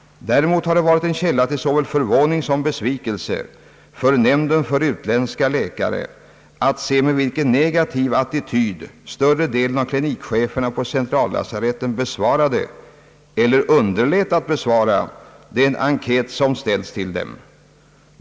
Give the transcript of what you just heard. Däremot har det varit en källa till såväl förvåning som besvikelse för nämnden för utländska läkare att se med vilken negativ attityd större delen av klinikcheferna på centrallasaretten besvarade den enkät som ställts till dem.